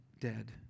dead